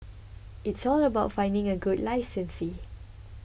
it's all about finding a good licensee